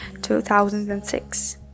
2006